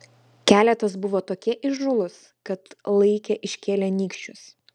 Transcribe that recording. keletas buvo tokie įžūlūs kad laikė iškėlę nykščius